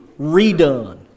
redone